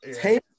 take